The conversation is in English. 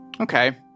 Okay